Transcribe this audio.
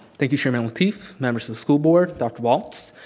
thank you chairman lateef, members of the school board, dr. walts.